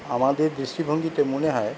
আমাদের দৃষ্টিভঙ্গিতে মনে হয়